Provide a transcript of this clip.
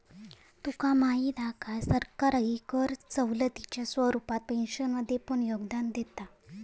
तुका माहीत हा काय, सरकारही कर सवलतीच्या स्वरूपात पेन्शनमध्ये पण योगदान देता